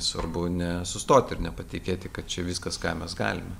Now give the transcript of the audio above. svarbu nesustoti ir nepatikėti kad čia viskas ką mes galime